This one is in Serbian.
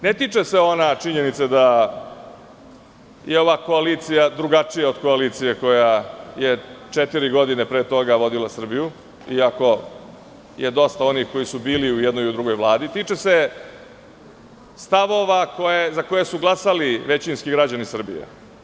Ne tiče se ona činjenice da je ova koalicija drugačija od koalicije koja je četiri godine pre toga vodila Srbiju, iako je dosta onih koji su bili i u jednoj i u drugoj Vladi, tiče se stavova za koje su glasali većinski građani Srbije.